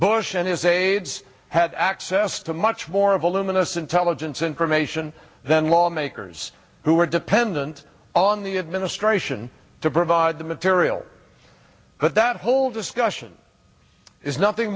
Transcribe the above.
bush and his aides had access to much more of the luminous intelligence information than lawmakers who are dependent on the administration to provide the material but that whole discussion is nothing